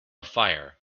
fire